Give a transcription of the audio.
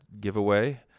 giveaway